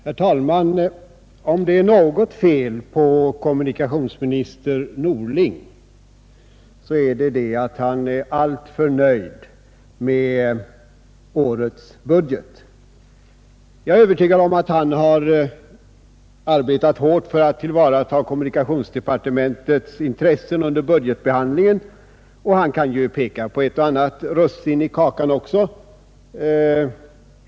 Herr talman! Om det är något fel på kommunikationsminister Norling, så är det att han är alltför nöjd med årets budget. Jag är övertygad om att han har arbetat hårt för att tillvarata kommunikationsdepartementets intressen under budgetbehandlingen. Han kan peka på ett och annat russin i kakan också.